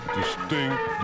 distinct